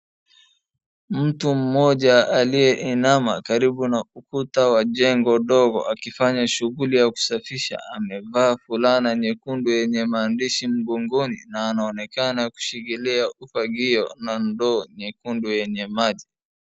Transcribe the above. Mtu mmoja aliyeinama karibu na ukuta wa jengo dogo akifanya shughuli ya kusafisha amevaa fulana nyekundu yenye maandishi mgongoni na anaonekana kushikilia ufagio na ndoo nyekundu yenye maji.